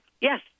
Yes